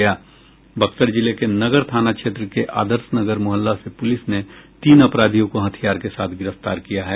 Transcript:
बक्सर जिले के नगर थाना क्षेत्र के आदर्शनगर मुहल्ला से पुलिस ने तीन अपराधियों को हथियार के साथ गिरफ्तार किया है